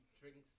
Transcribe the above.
drinks